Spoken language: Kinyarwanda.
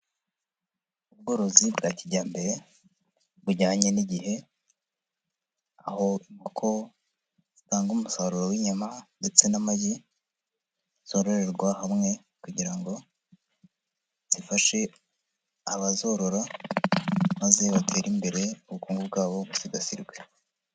Ubworozi bwa kijyambere bujyanye n'igihe, aho inkoko zitanga umusaruro w'inyama ndetse n'amagi, zororerwa hamwe kugira ngo zifashe abazorora, maze batere imbere ubukungu bwabo busigasirwe.